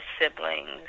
siblings